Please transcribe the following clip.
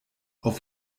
auf